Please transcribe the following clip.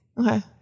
Okay